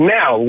now